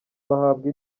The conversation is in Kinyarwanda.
bahabwa